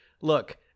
look